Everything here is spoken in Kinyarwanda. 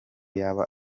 yaba